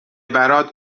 برات